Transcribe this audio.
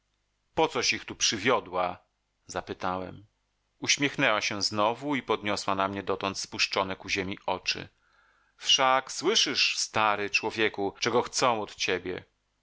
po coś ich tu przywiodła zapytałem uśmiechnęła się znowu i podniosła na mnie dotąd spuszczone ku ziemi oczy wszak słyszysz stary człowieku czego chcą od ciebie